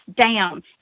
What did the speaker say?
down